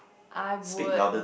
I would